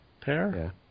pair